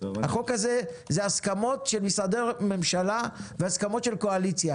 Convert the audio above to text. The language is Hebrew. החוק הזה הוא הסכמות של משרדי ממשלה והסכמות של הקואליציה.